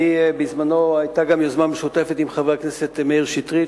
בזמנו היתה גם יוזמה משותפת עם חבר הכנסת מאיר שטרית,